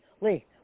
Lee